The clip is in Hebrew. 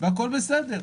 והכול בסדר.